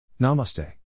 Namaste